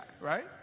right